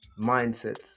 mindsets